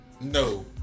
No